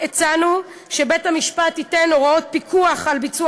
הצענו שבית-המשפט ייתן הוראות פיקוח על ביצוע